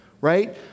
right